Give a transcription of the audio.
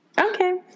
Okay